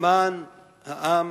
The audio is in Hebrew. למען העם,